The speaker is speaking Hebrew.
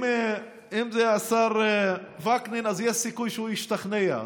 אם זה השר וקנין, יש סיכוי שישתכנע.